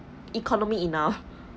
economy enough